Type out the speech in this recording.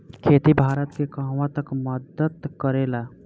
खेती भारत के कहवा तक मदत करे ला?